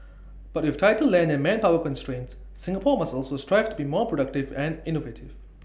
but with tighter land and manpower constraints Singapore must also strive to be more productive and innovative